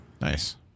Nice